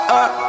up